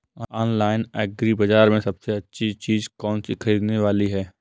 Online agri बाजार में सबसे अच्छी चीज कौन सी ख़रीदने वाली है?